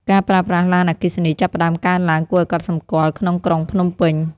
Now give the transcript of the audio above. ការប្រើប្រាស់ឡានអគ្គិសនីចាប់ផ្ដើមកើនឡើងគួរឱ្យកត់សម្គាល់ក្នុងក្រុងភ្នំពេញ។